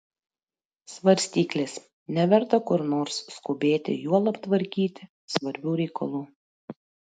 svarstyklės neverta kur nors skubėti juolab tvarkyti svarbių reikalų